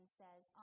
says